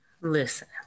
Listen